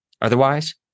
Otherwise